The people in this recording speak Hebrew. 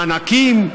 מענקים,